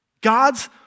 God's